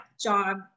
job